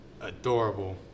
adorable